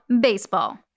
baseball